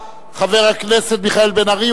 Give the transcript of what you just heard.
חבר הכנסת מיכאל בן-ארי,